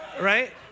Right